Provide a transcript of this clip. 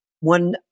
one